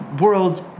world's